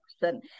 person